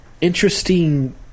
interesting